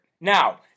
Now